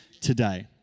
today